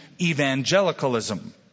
evangelicalism